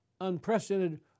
unprecedented